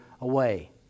away